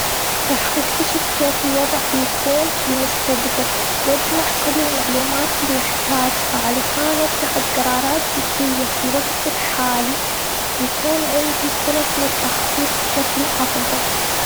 راح أكتشف كيف الوضع بيكون في المستقبل. واجمع كل المعلومات اللي بحتاجها علشان أتخذ قرارات ذكية، في الوقت الحالي، بيكون عندي فرص للتخطيط بشكل أفضل.